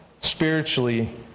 spiritually